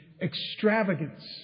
extravagance